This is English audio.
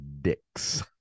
dicks